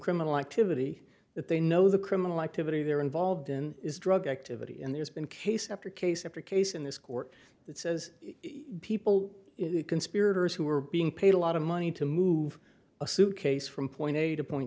criminal activity that they know the criminal activity they're involved in drug activity and there's been case after case after case in this court that says people conspirators who were being paid a lot of money to move a suitcase from point a to point